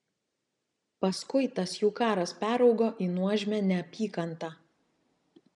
paskui tas jų karas peraugo į nuožmią neapykantą